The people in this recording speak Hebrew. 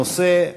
הנושא: